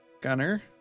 Gunner